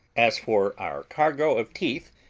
as for our cargo of teeth,